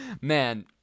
man